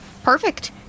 Perfect